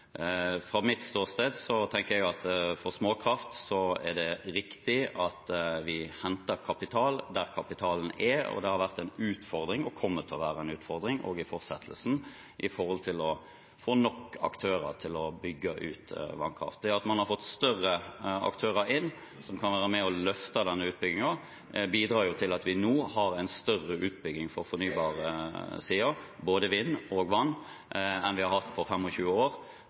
Fra mitt ståsted tenker jeg at for småkraft er det riktig at vi henter kapital der kapitalen er, og det har vært en utfordring og kommer til å være en utfordring også i fortsettelsen å få nok aktører til å bygge ut vannkraft. Det at man har fått større aktører inn som kan være med og løfte denne utbyggingen, bidrar til at vi nå har en større utbygging på fornybarsiden, både vind og vann, enn vi har hatt på 25 år.